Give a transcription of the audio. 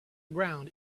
ground